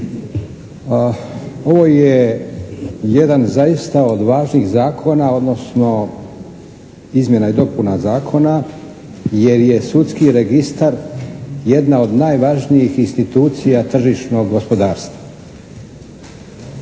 Ovo je jedan zaista od važnih zakona odnosno izmjena i dopuna zakona jer je sudski registar jedna od najvažnijih institucija tržišnog gospodarstva.